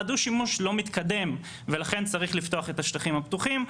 הדו-שימוש לא מתקדם ולכן צריך לפתוח את השטחים הפתוחים.